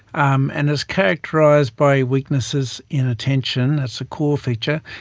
um and is characterised by weaknesses in attention, that's a core feature,